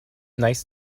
nice